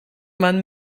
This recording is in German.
man